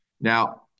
Now-